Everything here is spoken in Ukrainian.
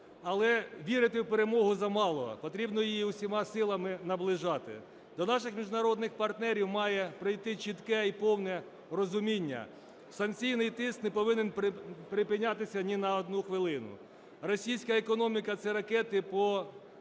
Але вірити в перемогу замало, потрібно її усіма силами наближати. До наших міжнародних партнерів має прийти чітке і повне розуміння: санкційний тиск не повинен припинятися ні на одну хвилину. Російська економіка – це ракети по